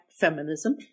feminism